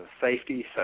safety